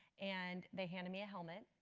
and they handed me a helmet.